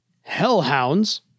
hellhounds